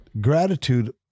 gratitude